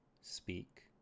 speak